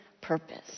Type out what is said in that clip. purpose